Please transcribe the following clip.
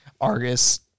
Argus